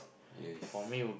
yes